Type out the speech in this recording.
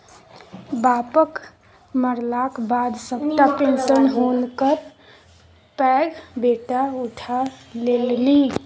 बापक मरलाक बाद सभटा पेशंन हुनकर पैघ बेटा उठा लेलनि